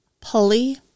Pulley